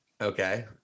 Okay